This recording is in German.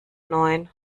neun